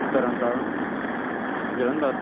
Tarn Taran Jalandhar